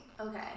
Okay